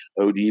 OD